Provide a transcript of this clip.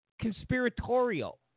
conspiratorial